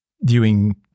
viewing